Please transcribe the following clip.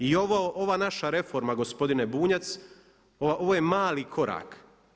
I ova naša reforma gospodine Bunjac ovo je mali korak.